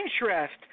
interest